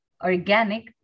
organic